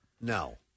No